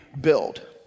build